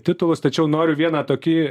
titulus tačiau noriu vieną tokį